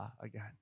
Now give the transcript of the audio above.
again